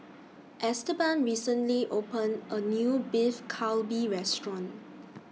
Esteban recently opened A New Beef Galbi Restaurant